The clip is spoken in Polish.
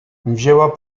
wzięła